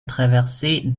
traversée